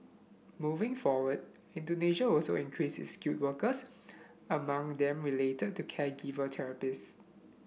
moving forward Indonesia also increase its skilled workers among them related to caregiver therapists